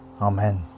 Amen